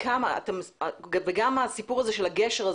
גם הסיפור הזה של הגשר,